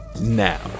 now